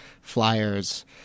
Flyers